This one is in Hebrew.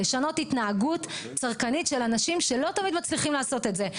לשנות התנהגות צרכנית של אנשים שלא תמיד מצליחים לעשות את זה.